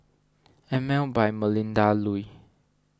Emel by Melinda Looi